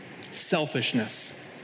Selfishness